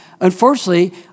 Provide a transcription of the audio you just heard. unfortunately